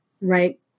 right